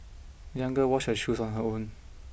the young girl washed her shoes on her own